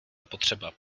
potřeba